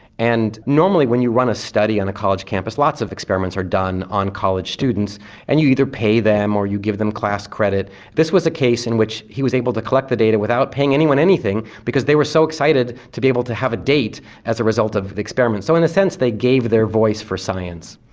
and normally when you run a study on a college campus lots of experiments are done on college students and you either pay them or you give them class credit this was a case in which he was able to collect the data without paying anyone anything because they were so excited to be able to have a date as a result of the experiment. so in a sense they gave their voice for science.